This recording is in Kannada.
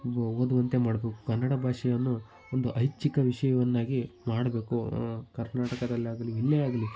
ಓದುವಂತೆ ಮಾಡಬೇಕು ಕನ್ನಡ ಭಾಷೆಯನ್ನು ಒಂದು ಐಚ್ಛಿಕ ವಿಷಯವನ್ನಾಗಿ ಮಾಡಬೇಕು ಕರ್ನಾಟಕದಲ್ಲಿ ಆಗಲಿ ಎಲ್ಲೇ ಆಗಲಿ